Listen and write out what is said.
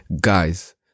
Guys